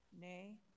Nay